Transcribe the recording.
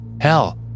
Hell